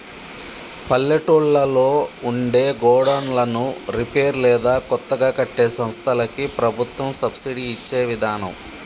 పల్లెటూళ్లలో ఉండే గోడన్లను రిపేర్ లేదా కొత్తగా కట్టే సంస్థలకి ప్రభుత్వం సబ్సిడి ఇచ్చే విదానం